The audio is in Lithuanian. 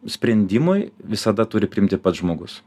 sprendimui visada turi priimti pats žmogus